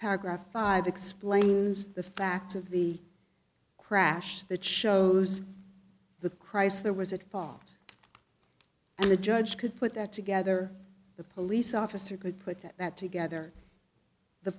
paragraph five explains the facts of the crash that shows the crisis there was at fault and the judge could put that together the police officer could put that together the